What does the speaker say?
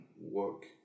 work